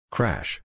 Crash